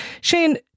Shane